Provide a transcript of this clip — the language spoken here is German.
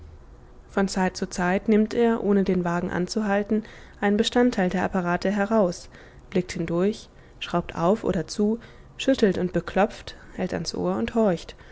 von zeit zu zeit nimmt er ohne den wagen anzuhalten einen bestandteil der apparate heraus blickt hindurch schraubt auf oder zu schüttelt und beklopft hält ans ohr und horcht